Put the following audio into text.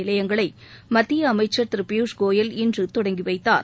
நிலையங்களை மத்திய அமைச்சர் திரு பியூஷ் கோயல் இன்று தொடங்கி வைத்தார்